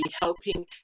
helping